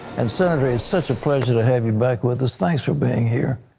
and senator, it's such a pleasure to have you back with us. thanks for being here.